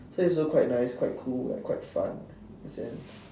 so it's also quite nice quite cool like quite fun